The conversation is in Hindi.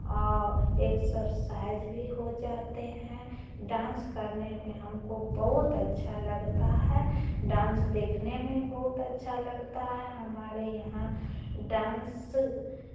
और एक्सरसाइज भी हो जाते हैं डांस करने में हमको बहुत अच्छा लगता है डांस देखने में बहुत अच्छा लगता है हमारे यहाँ डांस